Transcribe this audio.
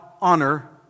honor